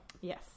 Yes